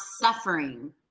suffering